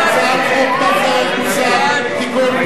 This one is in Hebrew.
הצעת חוק מס ערך מוסף (תיקון,